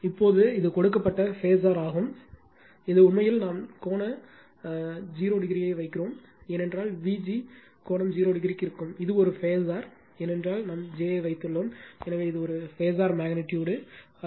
இப்போது இது கொடுக்கப்பட்ட பேஸர் ஆகும் இது உண்மையில் நாம் கோண 0 டிகிரியை வைக்கிறோம் ஏனென்றால் விஜி கோணம் 0 டிகிரிக்கு இருக்கும் இது ஒரு பேஸர் ஏனென்றால் நாம் j ஐ வைத்துள்ளோம் எனவே இது பேஸர் மெக்னிட்யூடு அல்ல